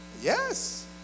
Yes